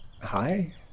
Hi